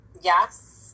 Yes